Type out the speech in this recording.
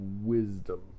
wisdom